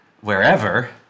wherever